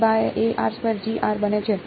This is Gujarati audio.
હવે હું ફક્ત લખીશ